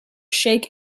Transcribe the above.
shake